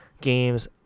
games